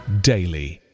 daily